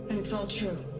and it's all true